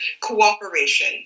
cooperation